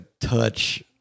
touch